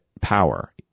power